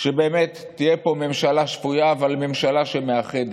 באמת תהיה פה ממשלה שפויה, אבל ממשלה שמאחדת.